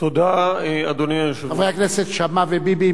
חבר הכנסת שאמה וביבי,